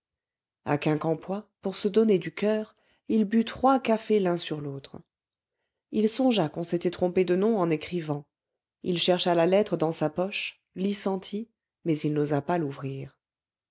à quincampoix pour se donner du coeur il but trois cafés l'un sur l'autre il songea qu'on s'était trompé de nom en écrivant il chercha la lettre dans sa poche l'y sentit mais il n'osa pas l'ouvrir